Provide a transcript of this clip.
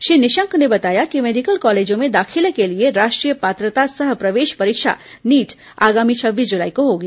श्री निशंक ने बताया कि मेडिकल कॉलेजों में दाखिले के लिए राष्ट्रीय पात्रता सह प्रवेश परीक्षा नीट आगामी छब्बीस जुलाई को होगी